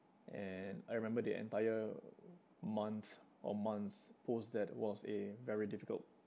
and I remember the entire month or months post that was a very difficult